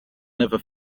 never